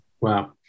Wow